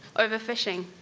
overfishing,